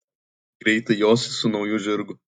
greitai josi su nauju žirgu